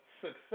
success